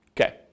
Okay